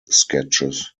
sketches